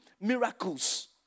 miracles